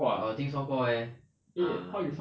我有听说过 eh uh